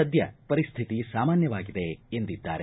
ಸದ್ದ ಪರಿಸ್ವಿತಿ ಸಾಮಾನ್ಯವಾಗಿದೆ ಎಂದಿದ್ದಾರೆ